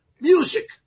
music